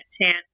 chance